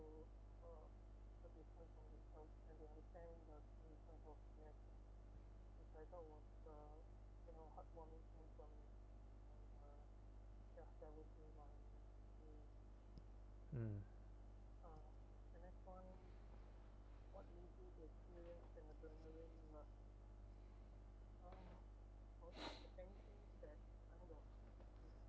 mm